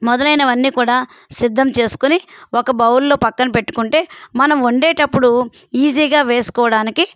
మొదలైనవన్నీ కూడా సిద్ధం చేసుకుని ఒక బౌల్లో పక్కన పెట్టుకుంటే మనం వండేటప్పుడు ఈజీగా వేసుకోవడానికి